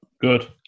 good